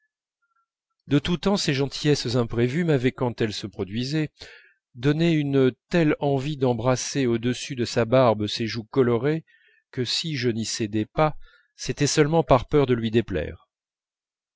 de tout temps ses gentillesses imprévues m'avaient quand elles se produisaient donné une telle envie d'embrasser au-dessus de sa barbe ses joues colorées que si je n'y cédais pas c'était seulement par peur de lui déplaire